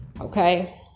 okay